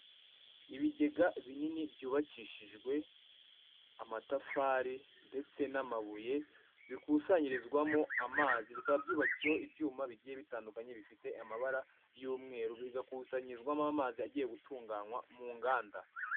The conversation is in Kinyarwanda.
Ibigega binini byubakishijwe amatafari ndetse n'amabuye bikusanyirizwamo amazi bikaba byubakiweho ibyuma bigiye bitandukanye bifite amabara y'umweru bigakusanyirizwamo amazi agiye gutunganywa mu nganda.